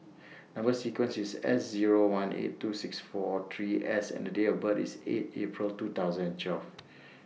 Number sequence IS S Zero one eight two six four three S and The Date of birth IS eight April two thousand and twelve